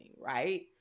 right